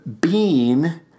Bean